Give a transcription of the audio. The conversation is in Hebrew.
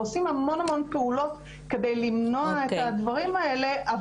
ועושים המון המון פעולות כדי למנוע את הדברים האלה,